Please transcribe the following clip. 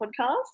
podcast